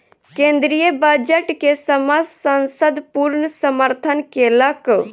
केंद्रीय बजट के समस्त संसद पूर्ण समर्थन केलक